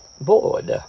board